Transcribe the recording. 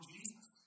Jesus